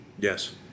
Yes